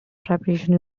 preparation